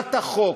אווירת החוק,